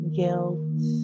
guilt